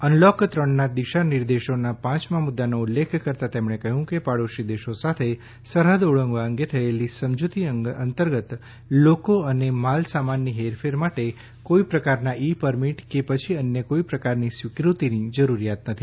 unlock ત્રણના દિશા નિર્દેશોના પાંચમાં મુદ્દાનો ઉલ્લેખ કરતા તેમણે કહ્યુ કે પાડોશી દેશો સાથે સરહદ ઓળંગવા અંગે થયેલી સમજૂતી અંતર્ગત લોકો અને માલસામાનની હેરફેર માટે કોઇ પ્રકારના ઇ પરમીટ કે પછી અન્ય કોઇ પ્રકારની સ્વીકૃતીની જરૂરિયાત નથી